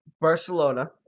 Barcelona